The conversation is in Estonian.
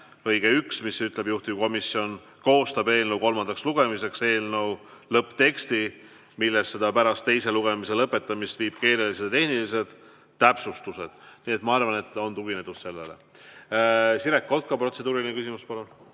lõikele 1, mis ütleb: juhtivkomisjon koostab eelnõu kolmandaks lugemiseks eelnõu lõppteksti, millesse pärast teise lugemise lõpetamist viib keelelised ja tehnilised täpsustused. Ma arvan, et on tuginetud sellele. Siret Kotka, protseduuriline küsimus, palun!